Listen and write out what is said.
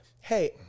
hey